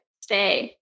Stay